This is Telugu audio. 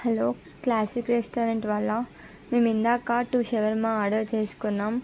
హలో క్లాసిక్ రెస్టారెంట్ వాళ్ళా మేము ఇందాక టు శవర్మా ఆర్డర్ చేసుకున్నాము